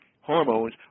hormones